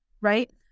right